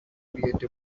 create